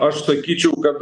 aš sakyčiau kad